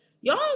y'all